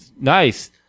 Nice